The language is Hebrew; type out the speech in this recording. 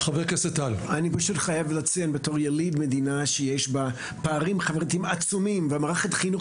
בתור יליד מדינה שיש בה פערים חברתיים עצומים ומערכת חינוך